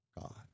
God